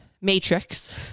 matrix